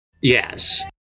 Yes